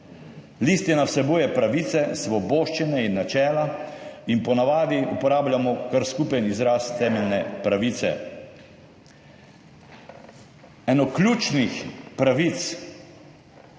Listina vsebuje pravice, svoboščine in načela, po navadi uporabljamo kar skupen izraz temeljne pravice.